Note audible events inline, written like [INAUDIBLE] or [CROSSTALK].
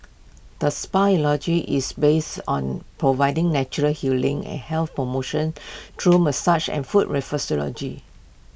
the spa's ideology is based on providing natural healing and health promotion [NOISE] through massage and foot reflexology